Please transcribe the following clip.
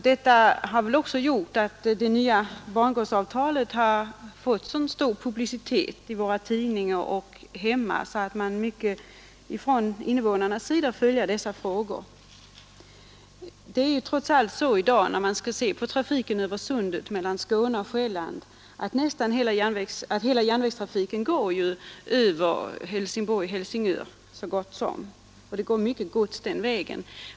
Detta intresse har gjort att det nya bangårdsavtalet fått stor publicitet i våra tidningar så att invånarna hemma har kunnat följa dessa frågor mycket noga. Om man ser på trafiken över Sundet mellan Skåne och Själland skall man finna att nästan hela järnvägstrafiken går över Helsingborg—Helsingör. Det går oc mycket gods den vägen.